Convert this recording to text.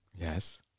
Yes